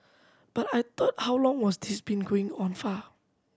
but I thought how long was this been going on far